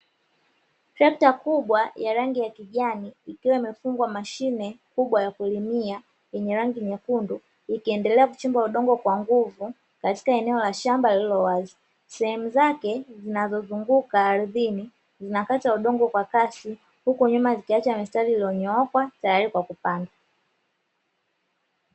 Trekta kubwa ya rangi ya kijani ikiwa imefungwa mashine kubwa ya kulimia yenye rangi nyekundu ikiendelea kuchimba udongo kwa nguvu katika eneo la shamba lililo wazi. Sehemu zake zinazozunguka ardhini zinakata udongo kwa kasi huku nyuma zikiacha mistari iliyonyooka tayari kwa kupanda.